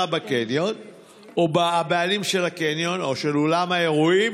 או הבעלים של הקניון או של אולם האירועים